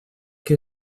que